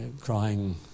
crying